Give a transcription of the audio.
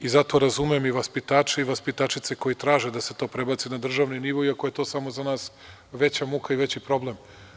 Zato razumem i vaspitače i vaspitačice koji traže da se to prebaci na državni nivo, iako je to samo za nas veća muka i veći problem.